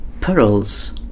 Pearls